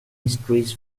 mysteries